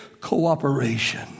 Cooperation